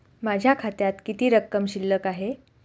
माझ्या खात्यात किती रक्कम शिल्लक आहे?